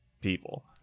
people